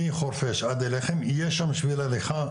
מחורפיש עד אליכם יהיה שם שביל הליכה.